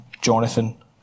Jonathan